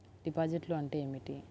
డిపాజిట్లు అంటే ఏమిటి?